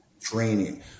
training